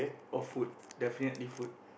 or food definitely food